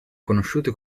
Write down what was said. conosciute